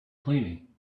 cleaning